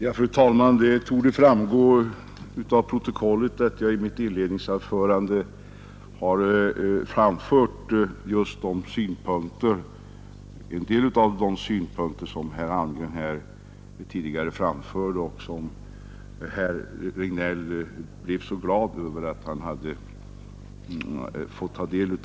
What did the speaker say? Fru talman! Det torde av protokollet framgå att jag i mitt inledningsanförande understrykit några av de synpunkter som herr Almgren tidigare redovisade och som herr Regnéll sade sig bli så glad över att få ta del av.